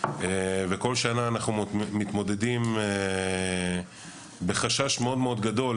על כביש 90. כל שנה אנחנו מתמודדים בחשש מאוד-מאוד גדול,